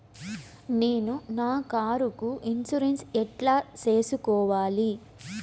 నేను నా కారుకు ఇన్సూరెన్సు ఎట్లా సేసుకోవాలి